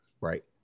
Right